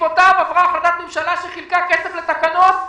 ובעקבותיו עברה החלטת ממשלה שחילקה כסף לתקנות,